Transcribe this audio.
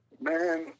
Man